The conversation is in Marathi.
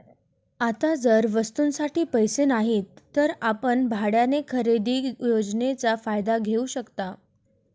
आता जर वस्तूंसाठी पैसे नाहीत तर आपण भाड्याने खरेदी योजनेचा फायदा घेऊ शकता